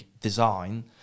design